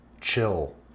chill